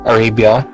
Arabia